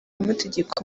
amategeko